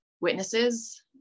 witnesses